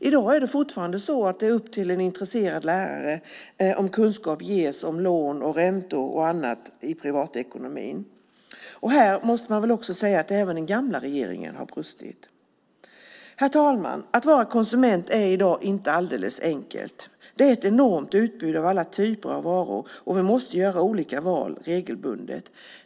I dag är det fortfarande upp till en intresserad lärare om kunskap ges om lån, räntor och annat i privatekonomin. Här måste man nog säga att även den gamla regeringen har brustit. Herr talman! Att vara konsument är inte alldeles enkelt i dag. Det finns ett enormt utbud av alla typer av varor, och vi måste regelbundet göra olika val.